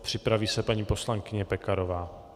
Připraví se paní poslankyně Pekarová.